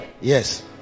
Yes